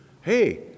hey